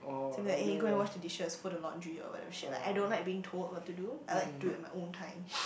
same like eh you go and wash the dishes fold the laundry or whatever shit like I don't like being told what to do I like to do at my own time